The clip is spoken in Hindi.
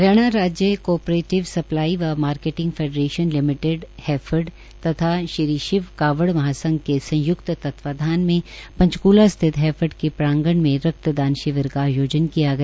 हरियाणा राज्य को आपरेटिव स्प्लाई व मार्किटिंग फेडरेशन लिमिटेड हैफेड तथा श्री शिव कावड़ महासंघ के संयुक्त तत्वाधान में पंचकुला स्थित हैफेड के प्रांगण में रक्तदान शिविर का आयोजन किया गया